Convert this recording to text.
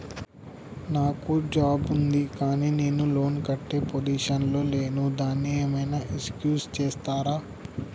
నాకు జాబ్ ఉంది కానీ నేను లోన్ కట్టే పొజిషన్ లా లేను దానికి ఏం ఐనా ఎక్స్క్యూజ్ చేస్తరా?